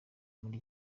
muri